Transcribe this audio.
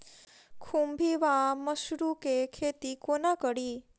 खुम्भी वा मसरू केँ खेती कोना कड़ी?